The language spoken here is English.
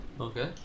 Okay